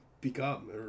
become